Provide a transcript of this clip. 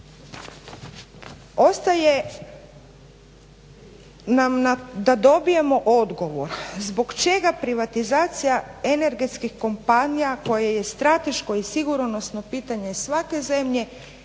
Ostaje nam da dobijemo odgovor zbog čega privatizacija energetskih kompanija koje je strateško i sigurnosno pitanje svake zemlje